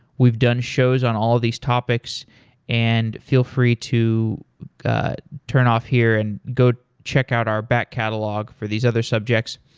we've done shows on all of these topics and feel free to turn off here and go check out our back catalog for these other subjects.